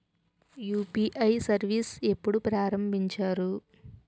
UPI service ఎప్పుడు ప్రారంభించారు?